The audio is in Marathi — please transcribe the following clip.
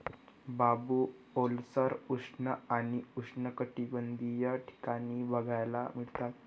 बांबू ओलसर, उष्ण आणि उष्णकटिबंधीय ठिकाणी बघायला मिळतात